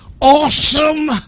awesome